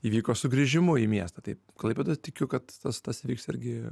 įvyko sugrįžimu į miestą taip klaipėdos tikiu kad tas tas vyks irgi